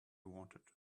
wanted